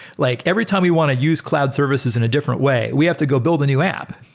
like every time we want to use cloud services in a different way, we have to go build a new app,